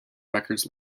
records